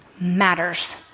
matters